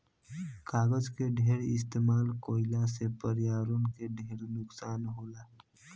कागज के ढेर इस्तमाल कईला से पर्यावरण के ढेर नुकसान होला